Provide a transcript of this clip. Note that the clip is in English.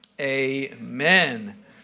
Amen